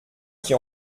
qui